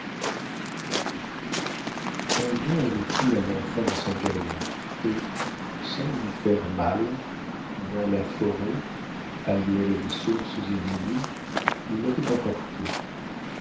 un lion avait pris un enfant dans sa gueule et sans lui faire mal dans la forêt aïeule des sources et des nids il l'avait emporté